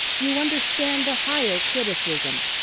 you understand the higher criticism,